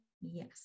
Yes